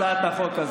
הצעת החוק הזאת,